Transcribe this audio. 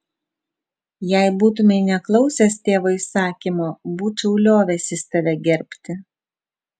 jei būtumei neklausęs tėvo įsakymo būčiau liovęsis tave gerbti